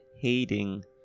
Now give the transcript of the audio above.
hating